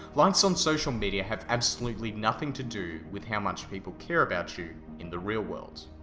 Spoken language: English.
likes on social media have absolutely nothing to do with how much people care about you in the real world!